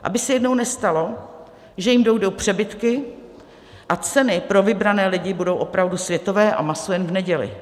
Aby se jednou nestalo, že jim dojdou přebytky a ceny pro vybrané lidi budou opravdu světové a maso jen v neděli.